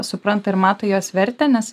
supranta ir mato jos vertę nes